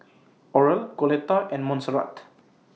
Oral Coletta and Monserrat